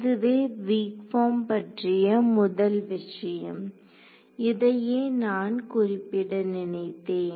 இதுவே weak form பற்றிய முதல் விஷயம் இதையே நான் குறிப்பிட நினைத்தேன்